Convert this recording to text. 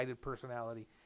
personality